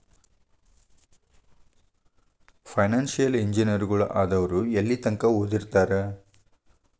Financial ಇಂಜಿನಿಯರಗಳು ಆದವ್ರು ಯೆಲ್ಲಿತಂಕಾ ಓದಿರ್ತಾರ?